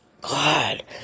God